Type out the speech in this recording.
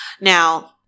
Now